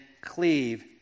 cleave